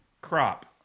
crop